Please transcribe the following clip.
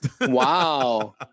Wow